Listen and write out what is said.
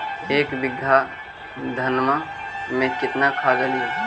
एक बीघा धन्मा में केतना खाद डालिए?